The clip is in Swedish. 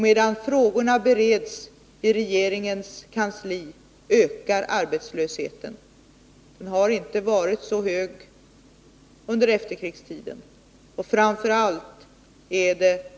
Medan frågorna bereds i regeringens kansli ökar arbetslösheten. Den har inte tidigare varit så hög under hela efterkrigstiden.